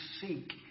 seek